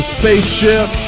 Spaceship